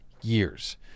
years